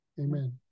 Amen